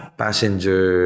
passenger